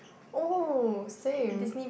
oh same